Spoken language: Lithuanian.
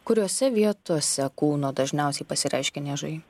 kuriose vietose kūno dažniausiai pasireiškia niežai